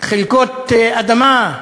חלקות אדמה,